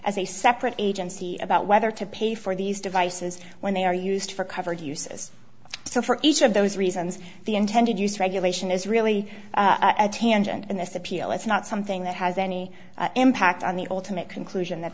as a separate agency about whether to pay for these devices when they are used for covered uses so for each of those reasons the intended use regulation is really a tangent in this appeal it's not something that has any impact on the ultimate conclusion that